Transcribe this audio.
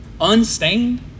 unstained